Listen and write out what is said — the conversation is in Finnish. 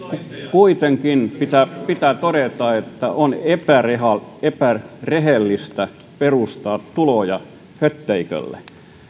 kuitenkin pitää pitää todeta että on epärehellistä epärehellistä perustaa tuloja hötteikölle